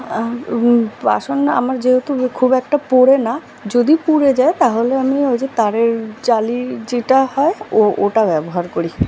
আর বাসন না আমার যেহেতু খুব একটা পোড়ে না যদি পুড়ে যায় তাহলে আমি ওই যে তারের জালির যেটা হয় ওটা ব্যবহার করি